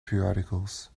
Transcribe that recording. periodicals